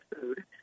food